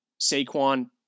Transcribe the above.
Saquon